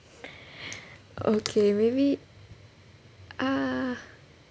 okay maybe ah